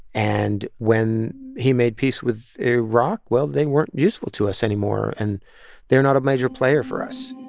and when he made peace with iraq, well, they weren't useful to us anymore, and they're not a major player for us